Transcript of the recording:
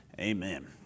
Amen